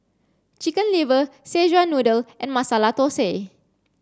chicken liver Szechuan noodle and Masala Thosai